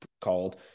called